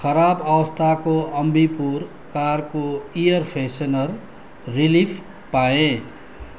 खराब अवस्थाको अम्बीपुर कारको एयर फ्रेसनर रिलिफ पाएँ